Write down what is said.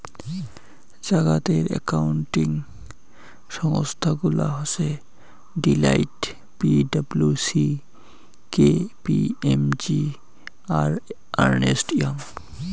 জাগাতের একাউন্টিং সংস্থা গুলা হসে Deloitte, P W C, K P M G, আর আর্নেস্ট ইয়ং